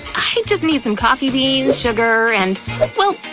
i just need some coffee beans, sugar, and well,